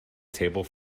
table